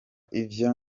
ivyo